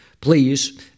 please